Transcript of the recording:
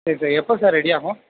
சரி சார் எப்போ sir ready ஆகும்